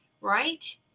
right